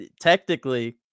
technically